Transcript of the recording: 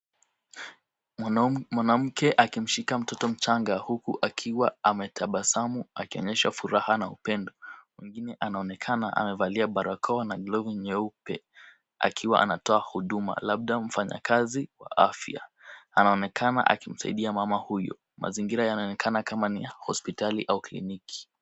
Mwanamke akimshika mtoto mchanga huku akiwa ametabasamu akionyesha furaha na upendo. Mwingine anaonekana amevalia barakoa na glovu nyeupe, akiwa anatoa huduma, labda mfanyakazi wa afya. Anaonekana akimsaidia mama huyo. Mazingira yanaonekana kama ni ya hospitali au kliniki.